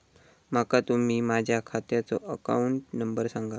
माका तुम्ही माझ्या खात्याचो अकाउंट नंबर सांगा?